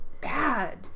Bad